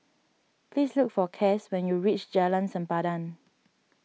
please look for Cas when you reach Jalan Sempadan